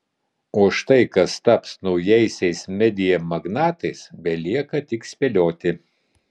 o štai kas taps naujaisiais media magnatais belieka tik spėlioti